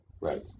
right